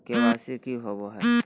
KYC की हॉबे हय?